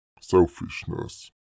Selfishness